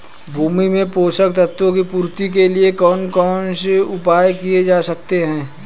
भूमि में पोषक तत्वों की पूर्ति के लिए कौन कौन से उपाय किए जा सकते हैं?